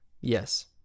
Yes